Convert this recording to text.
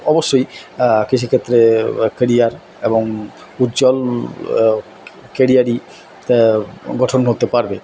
অবশ্যই কৃষিক্ষেত্রে বা কেরিয়ার এবং উজ্জ্বল কেরিয়ারই গঠন করতে পারবে